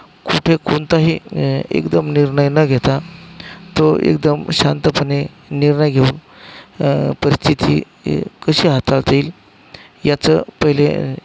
कुठे कोणताही एकदम निर्णय न घेता तो एकदम शांतपणे निर्णय घेऊन परिस्थिती कशी हाताळता येईल याचं पहिले